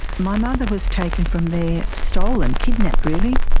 my mother was taken from there stolen, kidnapped really,